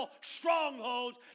strongholds